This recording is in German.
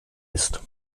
ist